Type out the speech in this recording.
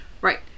right